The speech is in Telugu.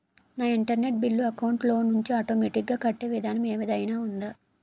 నా ఇంటర్నెట్ బిల్లు అకౌంట్ లోంచి ఆటోమేటిక్ గా కట్టే విధానం ఏదైనా ఉందా?